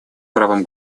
правом